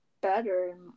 better